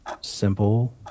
simple